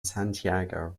santiago